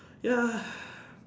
ya